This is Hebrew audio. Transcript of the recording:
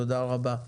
תודה רבה.